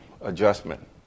adjustment